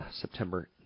September